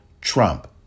Trump